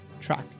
track